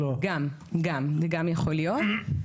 זה גם יכול להיות.